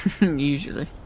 Usually